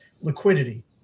liquidity